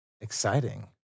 exciting